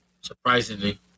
Surprisingly